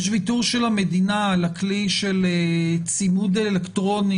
יש ויתור של המדינה על הכלי של צימוד אלקטרוני